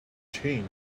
changed